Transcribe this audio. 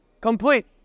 Complete